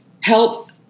help